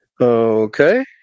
Okay